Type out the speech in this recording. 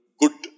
good